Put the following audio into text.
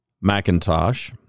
Macintosh